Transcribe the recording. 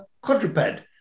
quadruped